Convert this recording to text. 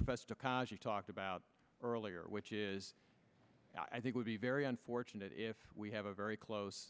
best because you talked about earlier which is i think would be very unfortunate if we have a very close